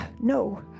No